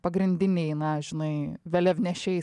pagrindiniai na žinai vėliavnešiai